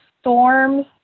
storms